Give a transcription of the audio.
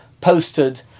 posted